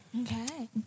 Okay